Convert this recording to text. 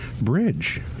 Bridge